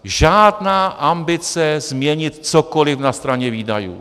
Žádná ambice změnit cokoli na straně výdajů.